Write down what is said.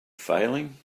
failing